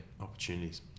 Opportunities